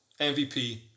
MVP